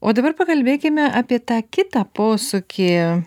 o dabar pakalbėkime apie tą kitą posūkį